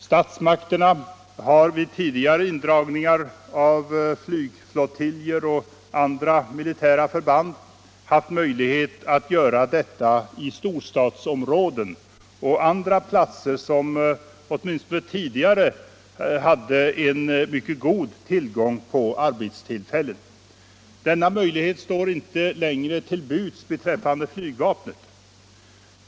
Statsmakterna har vid tidigare indragningar av flygflottiljer och andra militära förband haft möjlighet att göra detta i storstadsområden och på andra platser som tidigare också hade en mycket god tillgång på arbetstillfällen. Denna möjlighet står inte längre till buds beträffande flygvapnet.